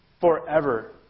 forever